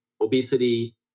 obesity